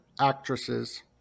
actresses